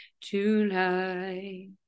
Tonight